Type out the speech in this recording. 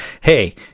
hey